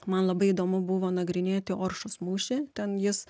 man labai įdomu buvo nagrinėti oršos mūšį ten jis